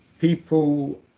people